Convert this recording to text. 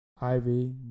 Ivy